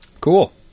Cool